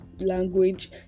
language